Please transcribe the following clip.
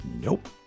Nope